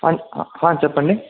sir చెప్పండి